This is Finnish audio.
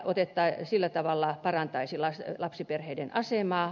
se sillä tavalla parantaisi lapsiperheiden asemaa